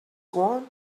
one